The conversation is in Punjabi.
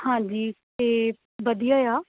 ਹਾਂਜੀ ਅਤੇ ਵਧੀਆ ਆ